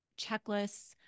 checklists